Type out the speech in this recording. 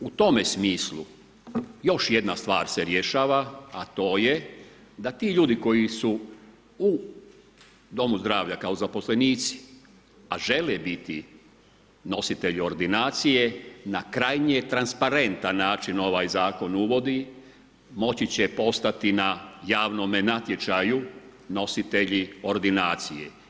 Što se tiče, u tome smislu još jedna stvar se dešava a to je da ti ljudi koji su u domu zdravlja kao zaposlenici a žele biti nositelji ordinacije na krajnje transparentan način ovaj zakon uvodi moći će postati na javnome natječaju nositelji ordinacije.